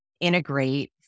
integrate